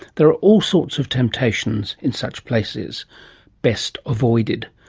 there are all sorts of temptations in such places best avoided,